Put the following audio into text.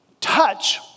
touch